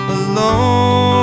alone